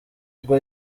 ubwo